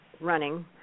running